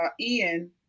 ian